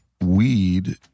weed